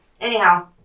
Anyhow